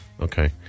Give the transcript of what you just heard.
Okay